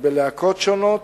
בלהקות שונות,